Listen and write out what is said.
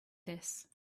this